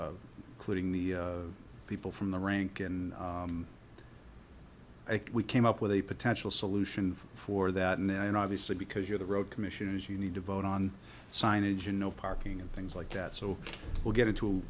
clipping the people from the rank and we came up with a potential solution for that and then obviously because you're the road commissioners you need to vote on signage and no parking and things like that so we'll get into